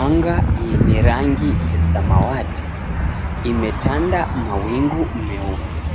Anga yenye rangi ya samawati imetanda mawingu meupe ,